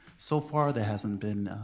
so far there hasn't been,